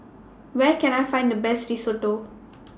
Where Can I Find The Best Risotto